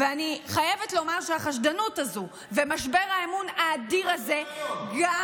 אני חייבת לומר שהחשדנות הזו ומשבר האמון האדיר הזה גם